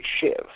shiv